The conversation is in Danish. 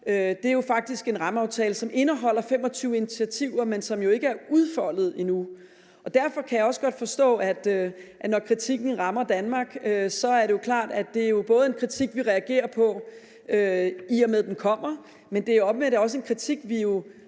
andre, faktisk en rammeaftale, som indeholder 25 initiativer, men som jo ikke er udfoldet endnu. Derfor kan jeg også godt forstå, at når kritikken rammer Danmark, er det klart, at det både er en kritik, vi reagerer på, i og med den kommer, men det er omvendt også en kritik, vi